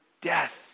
death